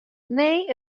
nee